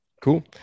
Cool